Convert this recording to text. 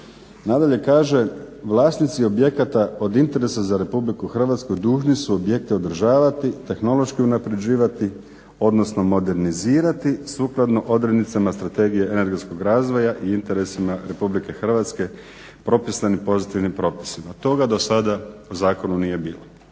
Nadalje kaže: "Vlasnici objekata od interesa za Republiku Hrvatsku dužni su objekte održavati, tehnološki unaprjeđivati, odnosno modernizirati sukladno odrednicama strategije energetskog razvoja i interesima Republike Hrvatske propisanim pozitivnim propisima.". Toga do sada po zakonu nije bilo.